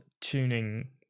tuning